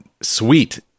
sweet